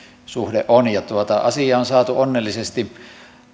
suhde on asia on saatu onnellisesti